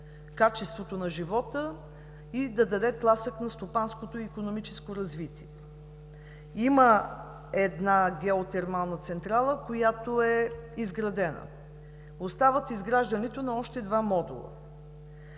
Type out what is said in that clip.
качеството на живота и да даде тласък на стопанското и икономическо развитие. Има една геотермална централа, която е изградена. Остава изграждането на още два модула.